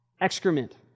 Excrement